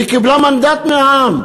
והיא קיבלה מנדט מהעם,